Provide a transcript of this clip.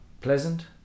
pleasant